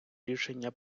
рішення